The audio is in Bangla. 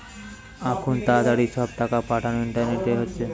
আখুন তাড়াতাড়ি সব টাকা পাঠানা ইন্টারনেটে হচ্ছে